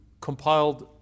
compiled